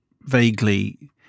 vaguely